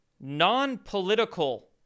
non-political